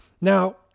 Now